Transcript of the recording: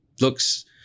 looks